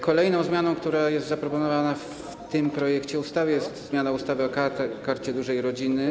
Kolejną zmianą, która jest zaproponowana w tym projekcie ustawy, jest zmiana ustawy o Karcie Dużej Rodziny.